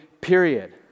period